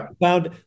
found